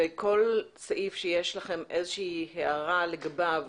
כל סעיף שיש לכם הערה לגביו,